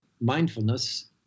mindfulness